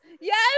yes